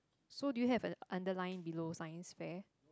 so do you have an underline below science fair